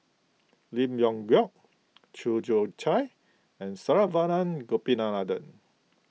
Lim Leong Geok Chew Joo Chiat and Saravanan Gopinathan